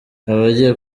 abagiye